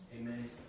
Amen